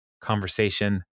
conversation